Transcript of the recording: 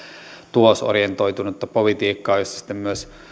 tulosorientoitunutta politiikkaa jossa myös